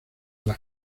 las